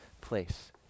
place